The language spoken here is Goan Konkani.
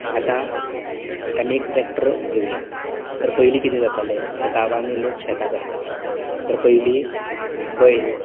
आतां आमी एक ट्रॅक्टर घेवया तर पयलीं कितें जातालें आतां गांवांनी लोक शेतां करतात तर पयलीं बैल